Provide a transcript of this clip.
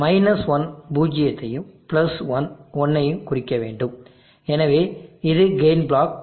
1 பூஜ்ஜியத்தையும் 1 1 ஐ குறிக்க வேண்டும் எனவே இது கெயின் பிளாக்